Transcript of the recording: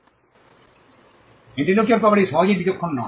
intellectual property সহজেই বিচক্ষণ নয়